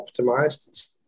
optimized